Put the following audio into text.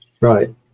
Right